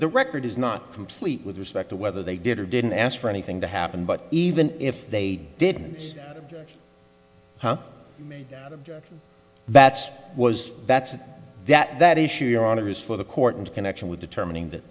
the record is not complete with respect to whether they did or didn't ask for anything to happen but even if they didn't that's was that's it that that issue your honor is for the court and connection with determining that